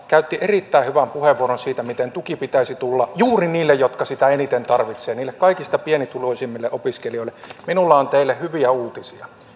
käytti erittäin hyvän puheenvuoron siitä miten tuen pitäisi tulla juuri niille jotka sitä eniten tarvitsevat niille kaikista pienituloisimmille opiskelijoille minulla on teille hyviä uutisia